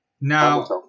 Now